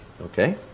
okay